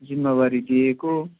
जिम्मावारी दिएको